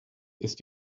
ist